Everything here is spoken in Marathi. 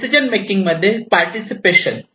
डिसिजन मेकिंग मध्ये पार्टिसिपेशन